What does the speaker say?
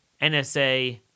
NSA